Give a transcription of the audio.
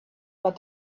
what